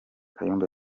kayumba